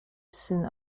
syn